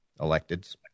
electeds